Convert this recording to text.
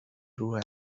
روح